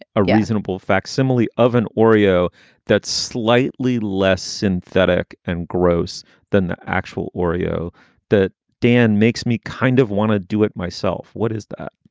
a reasonable facsimile of an oreo that's slightly less synthetic and gross than the actual oreo that dan makes me kind of want to do it myself. what is that?